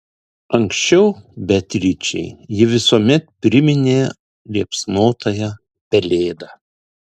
anksčiau beatričei ji visuomet priminė liepsnotąją pelėdą